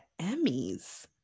Emmys